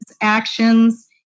actions